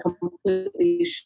completely